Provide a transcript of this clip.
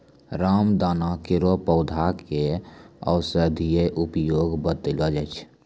रामदाना केरो पौधा क औषधीय उपयोग बतैलो जाय छै